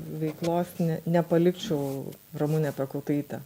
veiklos ne nepalikčiau ramunė piekautaitė